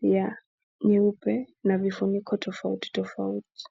ya nyeupe na vifuniko tofauti tofauti.